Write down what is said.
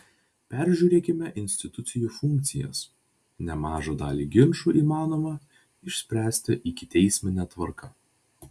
peržiūrėkime institucijų funkcijas nemažą dalį ginčų įmanoma išspręsti ikiteismine tvarka